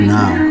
now